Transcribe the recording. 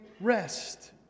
rest